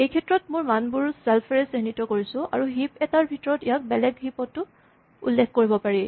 এইক্ষেত্ৰত মোৰ মানবোৰ ছেল্ফ ৰে চিহ্নিত কৰিছোঁ আৰু হিপ এটাৰ ভিতৰত ইয়াক বেলেগ হিপ তো উল্লেখ কৰিব পাৰি